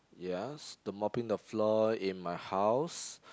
yes the mopping the floor in my house